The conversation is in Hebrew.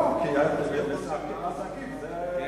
לא, כי, מס עקיף זה אסון.